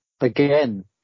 again